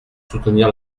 soutenir